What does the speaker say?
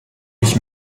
ich